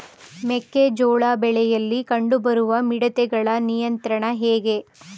ಮೆಕ್ಕೆ ಜೋಳ ಬೆಳೆಯಲ್ಲಿ ಕಂಡು ಬರುವ ಮಿಡತೆಗಳ ನಿಯಂತ್ರಣ ಹೇಗೆ?